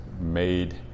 made